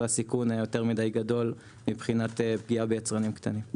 והסיכון היה יותר מידי גדול מבחינת פגיעה ביצרנים קטנים.